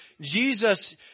Jesus